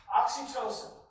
Oxytocin